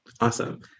Awesome